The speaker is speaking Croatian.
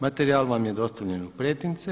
Materijal vam je dostavljen u pretince.